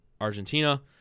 Argentina